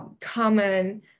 common